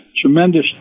tremendous